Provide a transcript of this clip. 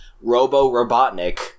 Robo-Robotnik